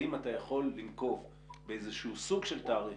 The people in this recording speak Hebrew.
האם אתה יכול לנקוב בסוג של תאריך,